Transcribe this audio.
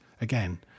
again